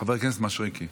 חבר הכנסת משריקי.